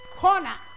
corner